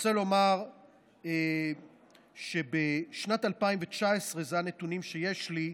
רוצה לומר שבשנת 2019, אלה הנתונים שיש לי,